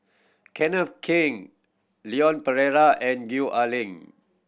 Kenneth Keng Leon Perera and Gwee Ah Leng